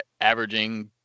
averaging